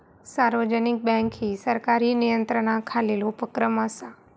सार्वजनिक बँक ही सरकारी नियंत्रणाखालील उपक्रम असा